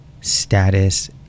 status